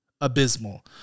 Abysmal